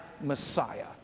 Messiah